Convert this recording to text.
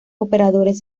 operadores